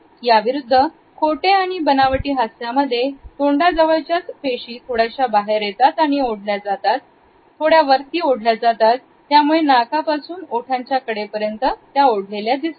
याविरुद्ध खोटे आणि बनावटी हास्यामध्ये तोंडाजवळच्या पेशी थोड्याशा बाहेर ओढल्या जातात थोड्या वरती ओढल्या जातात ज्यामुळे नाकापासून ओठांच्या कडेपर्यंत त्या ओढल्या जातात